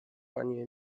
pani